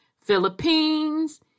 Philippines